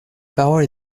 parole